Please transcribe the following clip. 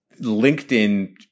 LinkedIn